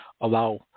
allow